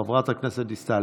חברת הכנסת דיסטל,